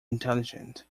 intelligent